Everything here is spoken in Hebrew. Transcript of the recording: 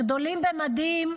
הגדולים במדים,